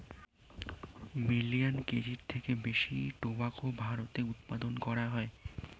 million কেজির থেকেও বেশি টোবাকো ভারতে উৎপাদন হয়